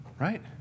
Right